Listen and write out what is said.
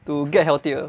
to get healthier